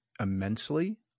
immensely